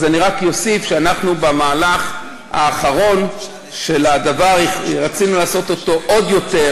אני רק אוסיף שאנחנו במהלך האחרון של הדבר רצינו לעשות אותו עוד יותר,